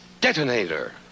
Detonator